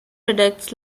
products